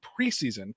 preseason